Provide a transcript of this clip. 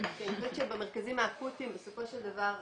במרכזים האקוטיים, בסופו של דבר,